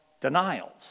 denials